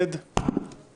לדחיית הדיון בתקנות נתקבלה.